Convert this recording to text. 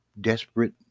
desperate